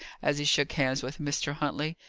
as he shook hands with mr. huntley.